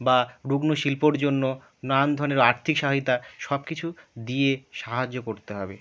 বা রুগ্ন শিল্পর জন্য নানান ধরনের আর্থিক সহযোগিতা সবকিছু দিয়ে সাহায্য করতে হবে